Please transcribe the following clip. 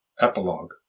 epilogue